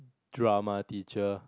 drama teacher